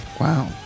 Wow